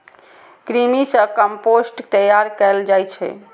कृमि सं कंपोस्ट तैयार कैल जाइ छै